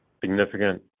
significant